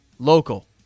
Local